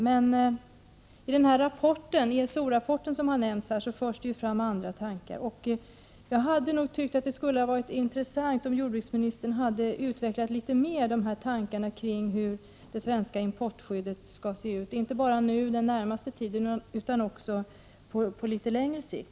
Men i ESO rapporten, som har nämnts här, förs det fram andra tankar. Jag tycker att det hade varit intressant om jordbruksministern litet mer hade velat utveckla hur det svenska importskyddet skall se ut inte bara nu och den närmaste tiden utan också på litet längre sikt.